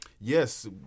Yes